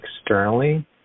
externally